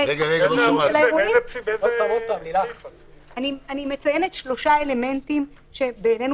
אני מציינת שלושה אלמנטים שבעינינו